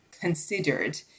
considered